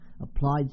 applied